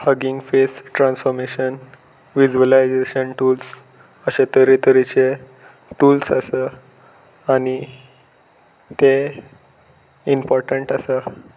hugging Face transformation visualization tools अशे तरेतरेचे tools आसा आनी ते इम्पोर्टंट आसा